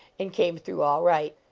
and came through all right.